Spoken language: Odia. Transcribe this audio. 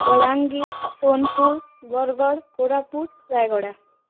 ବଲାଙ୍ଗୀର ସୋନପୁର ବରଗଡ଼ କୋରାପୁଟ ରାୟଗଡ଼ା